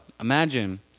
imagine